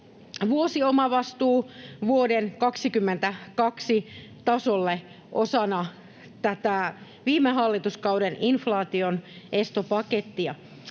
vuosiomavastuu vuoden 22 tasolle osana tätä viime hallituskauden inf-laationestopakettia.